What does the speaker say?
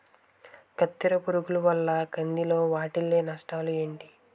కత్తెర పురుగు వల్ల కంది లో వాటిల్ల నష్టాలు ఏంటి